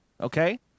okay